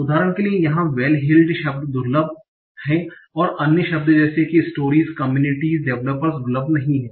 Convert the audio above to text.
उदाहरण के लिए यहाँ वेल हील्ड शब्द दुर्लभ शब्द है और अन्य शब्द जैसे कि स्टोरीस कम्युनिटीस डेवलपर्स दुर्लभ नहीं हैं